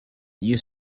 you